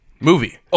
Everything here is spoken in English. movie